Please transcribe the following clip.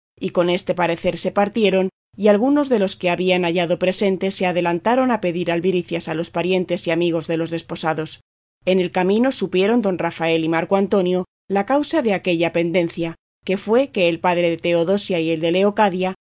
y con este parecer se partieron y algunos de los que se habían hallado presentes se adelantaron a pedir albricias a los parientes y amigos de los desposados en el camino supieron don rafael y marco antonio la causa de aquella pendencia que fue que el padre de teodosia y el de